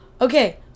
Okay